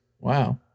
Wow